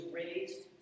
raised